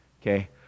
Okay